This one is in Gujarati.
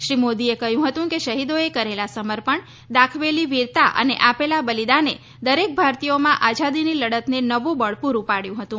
શ્રી મોદીએ કહ્યું હતું કે શહીદોએ કરેલા સમર્પણ દાખવેલી વીરતા અને આપેલા બલિદાને દરેક ભારતીયઓમાં આઝાદીની લડતને નવું બળ પૂરું પાડ્યું હતું